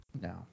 No